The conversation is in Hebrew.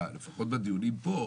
לפחות בדיונים פה,